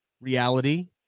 reality